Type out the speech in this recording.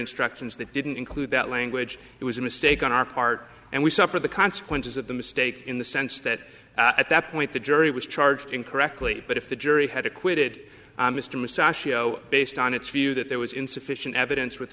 instructions that didn't include that language it was a mistake on our part and we suffer the consequences of the mistake in the sense that at that point the jury was charged incorrectly but if the jury had acquitted mr mustachioed based on its view that there was insufficient evidence with